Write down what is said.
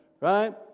right